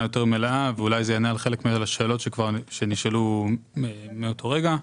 יותר מלאה ואולי זה יענה על חלק מהשאלות שנשאלו מאותו רגע.